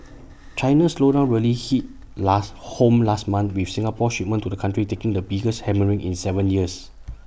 China's slowdown really hit last home last month with Singapore's shipments to the country taking the biggest hammering in Seven years